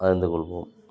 அறிந்து கொள்வோம்